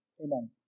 Amen